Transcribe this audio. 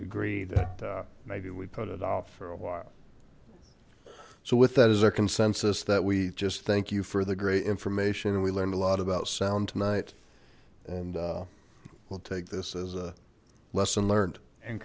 agree that maybe we put it off for a while so with that as our consensus that we just thank you for the great information we learned a lot about sound tonight and we'll take this as a lesson learned and